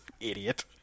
Idiot